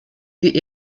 wie